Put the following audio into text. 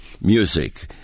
music